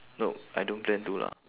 no I don't plan to lah